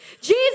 Jesus